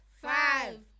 five